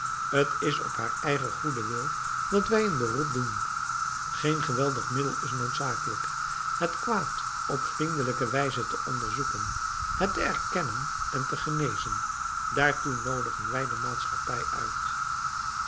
t is op haar eigen goeden wil dat wij een beroep doen geen geweldig middel is noodzakelijk het kwaad op vriendelijke wijze te onderzoeken het te erkennen en te genezen daartoe noodigen wij de maatschappij uit